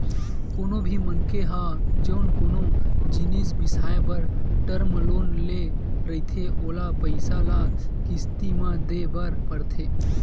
कोनो भी मनखे ह जउन कोनो जिनिस बिसाए बर टर्म लोन ले रहिथे ओला पइसा ल किस्ती म देय बर परथे